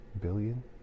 billion